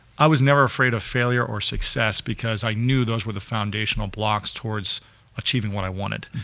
i was never afraid of failure or success, because i knew those were the foundational blocks towards achieving what i wanted.